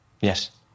Yes